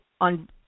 on